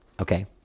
Okay